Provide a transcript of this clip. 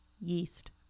Yeast